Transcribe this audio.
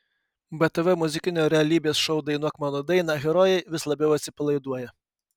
btv muzikinio realybės šou dainuok mano dainą herojai vis labiau atsipalaiduoja